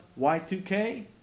Y2K